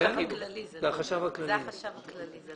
זה החשב הכללי.